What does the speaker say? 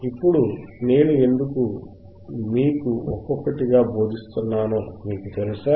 ఇప్పుడు నేను ఎందుకు మీకు ఒక్కొక్కటిగా బోధిస్తున్నానో మీకు తెలుసా